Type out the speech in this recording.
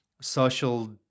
social